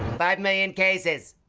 five million cases.